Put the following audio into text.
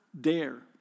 dare